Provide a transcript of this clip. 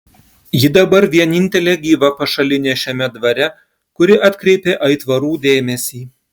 ji dabar vienintelė gyva pašalinė šiame dvare kuri atkreipė aitvarų dėmesį